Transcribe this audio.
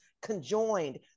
conjoined